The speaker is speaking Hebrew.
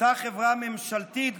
הייתה חברה ממשלתית גדולה,